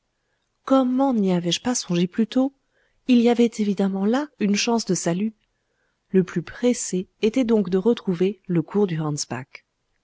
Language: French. comment n'y avais-je pas songé plus tôt il y avait évidemment là une chance de salut le plus pressé était donc de retrouver le cours du